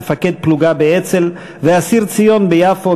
מפקד פלוגה באצ"ל ואסיר ציון ביפו,